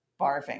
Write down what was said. barfing